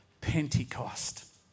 Pentecost